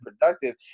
productive